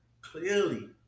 clearly